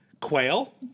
quail